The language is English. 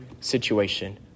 situation